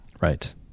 Right